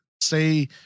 say